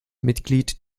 mitglied